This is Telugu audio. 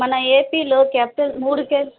మన ఏపీలో క్యాపిటల్ మూడు క్యాప్